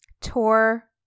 tour